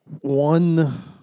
one